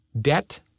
debt